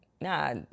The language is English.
Nah